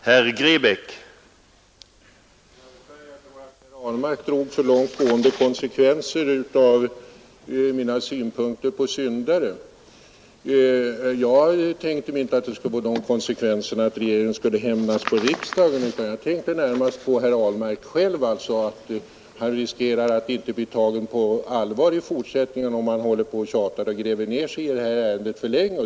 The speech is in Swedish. Herr talman! Jag tror att herr Ahlmark drog för långt gående konsekvenser av mina synpunkter på syndare. Jag tänkte mig inte att det skulle få de konsekvenserna att regeringen skulle hämnas på riksdagen, utan jag tänkte närmast på herr Ahlmark själv — att han riskerar att inte bli tagen på allvar i fortsättningen, om han håller på och tjatar och gräver ned sig i detta ärende för länge.